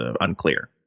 unclear